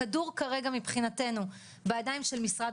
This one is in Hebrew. הכדור כרגע מבחינתנו בידיים של משרד